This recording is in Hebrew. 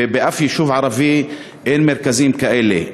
ובאף יישוב ערבי אין מרכזים כאלה.